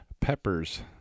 peppers